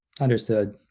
Understood